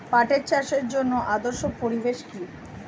পাট চাষের জন্য আদর্শ পরিবেশ কি?